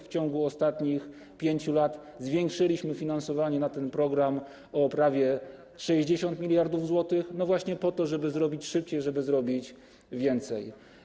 W ciągu ostatnich 5 lat zwiększyliśmy finansowanie na ten program o prawie 60 mld zł właśnie po to, żeby zrobić to szybciej, żeby zrobić więcej.